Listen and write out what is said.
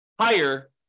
higher